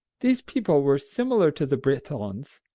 these people were similar to the britons,